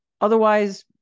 otherwise